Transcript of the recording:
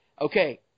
okay